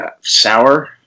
sour